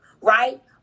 right